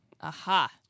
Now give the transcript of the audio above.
Aha